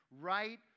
right